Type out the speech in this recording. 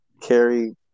carry